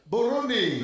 Burundi